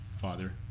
father